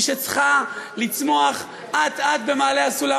מי שצריכה לצמוח אט-אט במעלה הסולם,